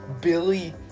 Billy